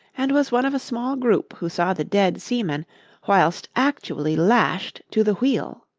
and was one of a small group who saw the dead seaman whilst actually lashed to the wheel.